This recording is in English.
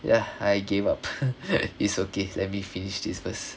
ya I gave up it's okay let me finish this first